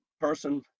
person